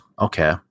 okay